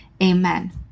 amen